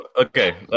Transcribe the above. okay